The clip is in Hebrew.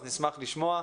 נשמח לשמוע.